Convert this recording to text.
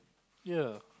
ya